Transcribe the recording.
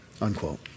unquote